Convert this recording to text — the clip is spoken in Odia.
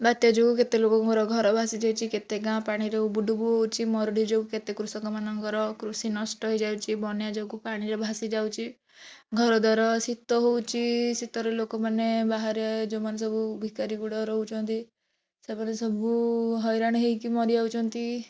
ବାତ୍ୟା ଯୋଗୁଁ କେତେ ଲୋକଙ୍କର ଘର ଭାସିଯାଇଛି କେତେ ଗାଁ ପାଣିରେ ଉବୁଟୁବୁ ହଉଛି ମରୁଡ଼ି ଯୋଗୁଁ କେତେ କୃଷକମାନଙ୍କର କୃଷି ନଷ୍ଟ ହେଇଯାଇଛି ବନ୍ୟା ଯୋଗୁଁ ପାଣିରେ ଭାସିଯାଉଛି ଘରଦ୍ଵାର ଶୀତ ହଉଛି ଶୀତରେ ଲୋକମାନେ ବାହାରେ ଯେଉଁମାନେ ସବୁ ଭିକାରୀ ଗୁଡ଼ା ରହୁଛନ୍ତି ସେମାନେ ସବୁ ହଇରାଣ ହେଇକି ମରିଯାଉଛନ୍ତି